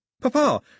Papa